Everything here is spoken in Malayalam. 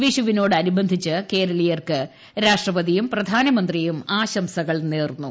വിഷുവിനോട് അനുബന്ധിച്ച് കേരളീയർക്ക് രാഷ്ട്രപതിയും പ്രധാനമന്ത്രിയും ആശംസകൾ നേർന്നു